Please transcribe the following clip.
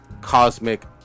cosmic